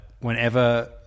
whenever